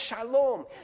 shalom